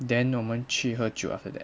then 我们去喝酒 after that